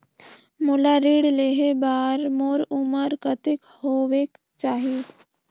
मोला ऋण लेहे बार मोर उमर कतेक होवेक चाही?